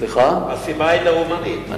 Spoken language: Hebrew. הסיבה היא לאומנית?